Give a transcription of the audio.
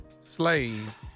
Slave